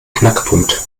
knackpunkt